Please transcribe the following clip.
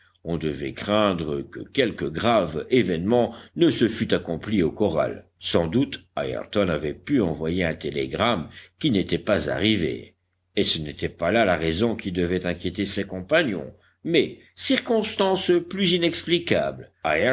on devait craindre que quelque grave événement ne se fût accompli au corral sans doute ayrton avait pu envoyer un télégramme qui n'était pas arrivé et ce n'était pas là la raison qui devait inquiéter ses compagnons mas circonstance plus inexplicable